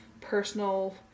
personal